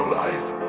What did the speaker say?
life